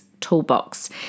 Toolbox